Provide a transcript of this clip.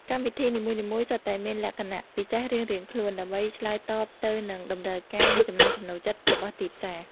កម្មវិធីនីមួយៗសុទ្ធតែមានលក្ខណៈពិសេសរៀងៗខ្លួន ដើម្បីឆ្លើយតបទៅនឹងតម្រូវការ និងចំណង់ចំណូលចិត្តរបស់ទីផ្សារ។